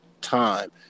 time